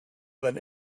that